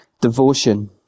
devotion